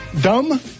dumb